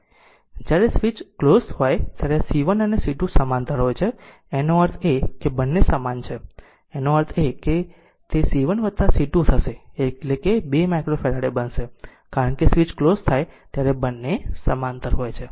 જ્યારે switch close હોય ત્યારે આ C 1 અને C 2 સમાંતર હોય છે એનો અર્થ એ કે બંને સમાન છે તેનો અર્થ એ કે તે C 1 C 2 થશે એટલે કે તે 2 માઈક્રોફેરાડે બનશે કારણ કે સ્વીચ ક્લોઝ હોય ત્યારે બંને સમાંતર હોય છે